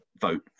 vote